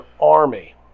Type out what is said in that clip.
army